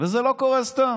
וזה לא קורה סתם.